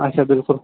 اچھا بِلکُل